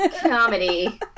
comedy